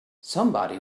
somebody